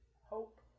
hope